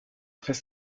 très